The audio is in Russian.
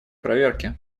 проверки